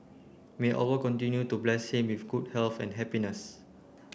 may Allah continue to bless him with good health and happiness